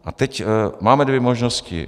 A teď: máme dvě možnosti.